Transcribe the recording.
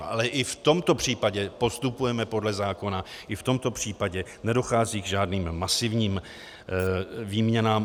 Ale i v tomto případě postupujeme podle zákona, i v tomto případě nedochází k žádným masivním výměnám.